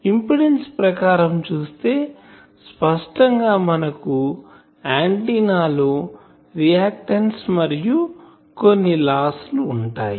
impedance ప్రకారం చూస్తే స్పష్టం గా మనకు ఆంటిన్నా లో రియాక్టన్సు మరియు కొన్ని లాస్ లు ఉంటాయి